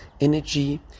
energy